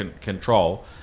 control